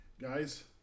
Guys